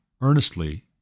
earnestly